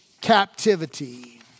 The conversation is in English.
captivity